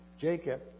Jacob